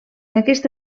aquesta